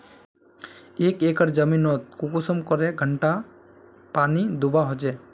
एक एकर जमीन नोत कुंसम करे घंटा पानी दुबा होचए?